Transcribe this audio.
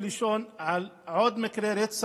ישנה הנחת יסוד בקרב מובילי המחאות כאילו האליטה